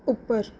ਉੱਪਰ